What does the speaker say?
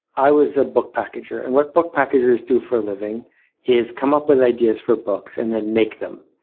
i was a book packager. and what book packagers do for a living is come up with ideas for books and then make them.